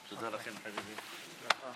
אנא, חבר הכנסת עבאס, ברשותך.